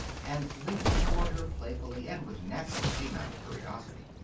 and leaped toward her playfully and with natural canine curiosity.